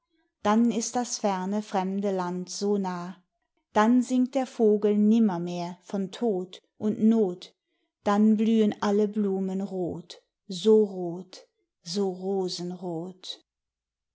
dann ist das ferne fremde land so nah dann singt der vogel nimmermehr von tod und not dann blühen alle blumen rot so rot so rosenrot